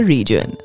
Region